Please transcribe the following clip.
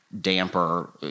damper